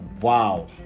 wow